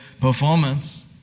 performance